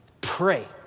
pray